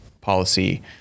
policy